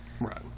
Right